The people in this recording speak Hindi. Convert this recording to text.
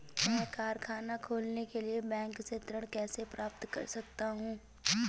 मैं कारखाना खोलने के लिए बैंक से ऋण कैसे प्राप्त कर सकता हूँ?